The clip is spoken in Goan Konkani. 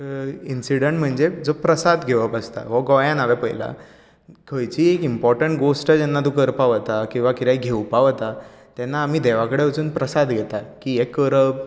इन्सिडन्ट म्हणजे जो प्रसाद घेवप आसता हो गोंयांत हांवेन पळयलां खंयचीय इम्पॉर्टन्ट गोश्ट जेन्ना तूं करपा वता किंवां कितेंय घेवपा वता तेन्ना आमी देवा कडेन वचुन प्रसाद घेता की हें करप